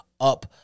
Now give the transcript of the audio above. up